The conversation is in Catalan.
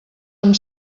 amb